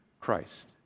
Christ